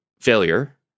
failure